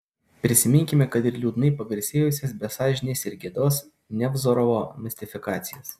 prisiminkime kad ir liūdnai pagarsėjusias be sąžinės ir gėdos nevzorovo mistifikacijas